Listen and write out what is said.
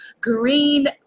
green